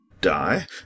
die